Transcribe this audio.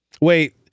Wait